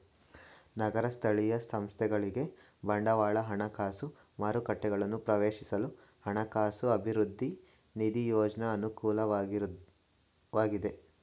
ನಗರ ಸ್ಥಳೀಯ ಸಂಸ್ಥೆಗಳಿಗೆ ಬಂಡವಾಳ ಹಣಕಾಸು ಮಾರುಕಟ್ಟೆಗಳನ್ನು ಪ್ರವೇಶಿಸಲು ಹಣಕಾಸು ಅಭಿವೃದ್ಧಿ ನಿಧಿ ಯೋಜ್ನ ಅನುಕೂಲಕರವಾಗಿದೆ